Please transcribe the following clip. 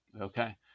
okay